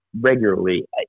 regularly